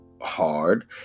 hard